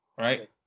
Right